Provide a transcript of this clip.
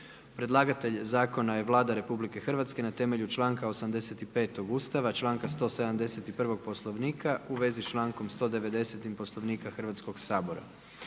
Predlagatelj zakona je Vlada Republike Hrvatske na temelju članka 85. Ustava, članka 171. Poslovnika u vezi s člankom 190. Poslovnika s Hrvatskog sabora.